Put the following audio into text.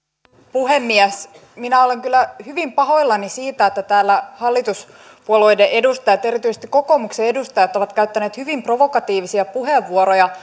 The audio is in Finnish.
puhemies minä olen kyllä hyvin pahoillani siitä että täällä hallituspuolueiden edustajat erityisesti kokoomuksen edustajat ovat käyttäneet hyvin provokatiivisia puheenvuoroja